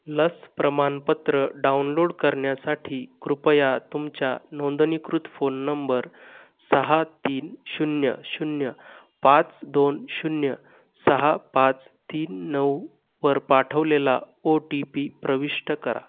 लस प्रमाणपत्र डाउनलोड करण्यासाठी कृपया तुमच्या नोंदणीकृत फोन नंबर सहा तीन शून्य शून्य पाच दोन शून्य सहा पाच तीन नऊ वर पाठवलेला ओ टी पी प्रविष्ट करा